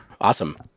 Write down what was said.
Awesome